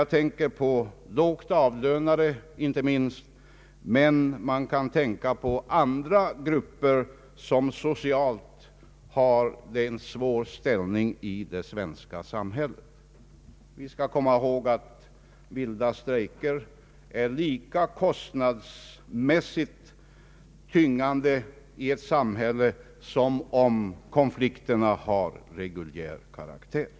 Jag tänker därvid inte minst på lågt avlönade, men man kan också tänka på andra grupper som socialt har en svår ställning i det svenska samhället. Vi skall komma ihåg att vilda strejker är kostnadsmässigt lika tyngande i ett samhälle som konflikter av reguljär karaktär.